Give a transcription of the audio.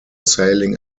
sailing